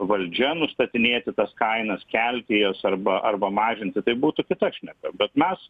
valdžia nustatinėti tas kainas kelti jas arba arba mažinti tai būtų kita šneka bet mes